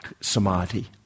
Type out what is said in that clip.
samadhi